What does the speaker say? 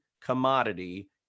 commodity